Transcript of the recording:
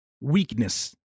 weakness